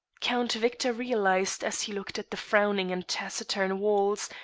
count victor realised, as he looked at the frowning and taciturn walls,